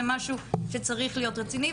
זה משהו שצריך להיות רציני.